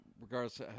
regardless –